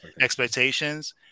expectations